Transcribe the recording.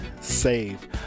Save